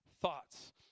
thoughts